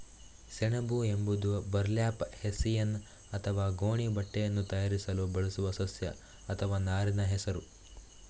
ಸೆಣಬು ಎಂಬುದು burlap, hessian ಅಥವಾ ಗೋಣಿ ಬಟ್ಟೆಯನ್ನು ತಯಾರಿಸಲು ಬಳಸುವ ಸಸ್ಯ ಅಥವಾ ನಾರಿನ ಹೆಸರು